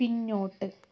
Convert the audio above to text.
പിന്നോട്ട്